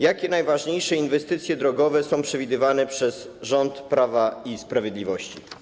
Jakie najważniejsze inwestycje drogowe są przewidywane przez rząd Prawa i Sprawiedliwości?